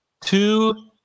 two